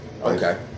Okay